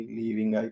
leaving